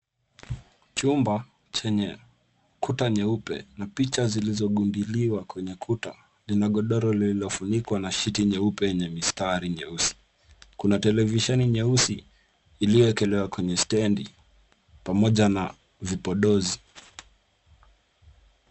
Chumba chenye kuta nyeupe na picha zilizogundiliwa kwenye kuta linagodoro lililofunikwa na shiti nyeupe lenye mistari nyeusi. Kuna televisheni nyeusi iliyowekelewa kwenye stendi pamoja na vipodozi.